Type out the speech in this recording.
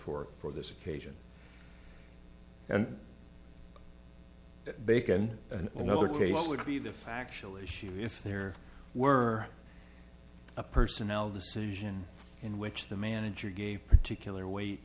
for for this occasion and bacon and another case would be the factual issue if there were a personnel decision in which the manager gave particular w